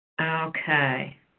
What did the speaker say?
Okay